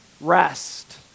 Rest